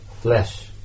flesh